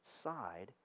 side